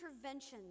interventions